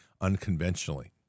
unconventionally